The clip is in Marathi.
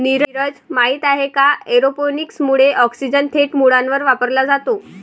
नीरज, माहित आहे का एरोपोनिक्स मुळे ऑक्सिजन थेट मुळांवर वापरला जातो